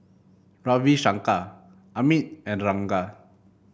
Ravi Shankar Amit and the Ranga